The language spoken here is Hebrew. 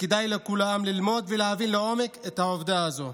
כדאי לכולם ללמוד ולהבין לעומק את העובדה הזו.